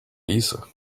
lisa